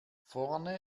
vorne